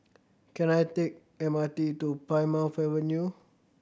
can I take M R T to Plymouth Avenue